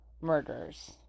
Murders